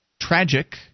tragic